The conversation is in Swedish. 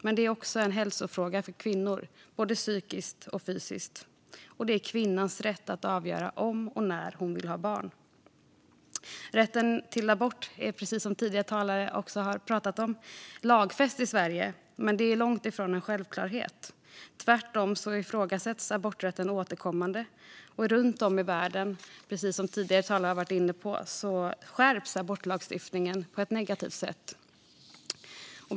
Men det är också en hälsofråga för kvinnor, både psykiskt och fysiskt. Det är kvinnans rätt att avgöra om och när hon vill ha barn. Rätten till abort är, precis som tidigare talare också har talat om, lagfäst i Sverige. Men det är långt ifrån en självklarhet. Tvärtom ifrågasätts aborträtten återkommande. Och runt om i världen skärps abortlagstiftningen på ett negativt sätt.